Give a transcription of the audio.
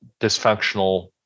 dysfunctional